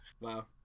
Wow